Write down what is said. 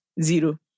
zero